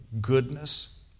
Goodness